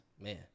man